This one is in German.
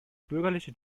bürgerliche